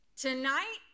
Tonight